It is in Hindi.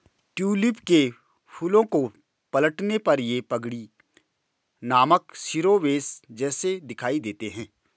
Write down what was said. ट्यूलिप के फूलों को पलटने पर ये पगड़ी नामक शिरोवेश जैसे दिखाई देते हैं